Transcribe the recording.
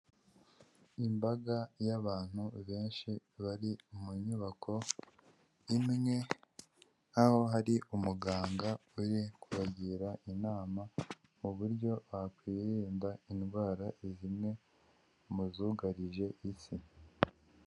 Imbaga y'abantu benshi bari mu nyubako imwe aho hari umuganga uri kubagira inama mu buryo bakwirinda indwara zimwe mu zugarije isi.